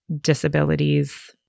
disabilities